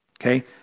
Okay